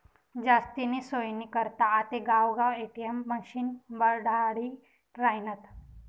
जास्तीनी सोयनी करता आते गावगाव ए.टी.एम मशिने बठाडी रायनात